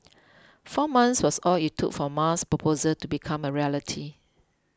four months was all it took for Ma's proposal to become a reality